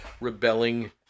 rebelling